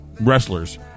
wrestlers